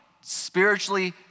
spiritually